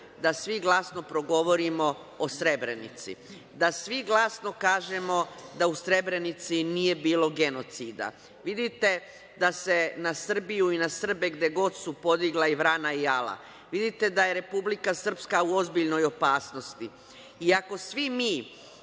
da svi glasno progovorim o Srebrenici, da svi glasno kažemo da u Srebrenici nije bilo genocida. Vidite da se na Srbiju i na Srbe, gde god su, podigla i vrana i ala. Vidite da je Republika Srpska u ozbiljnoj opasnosti, i ako svi mi